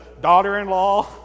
daughter-in-law